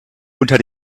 unter